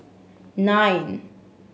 nine